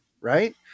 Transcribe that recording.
right